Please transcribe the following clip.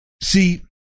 See